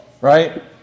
right